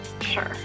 Sure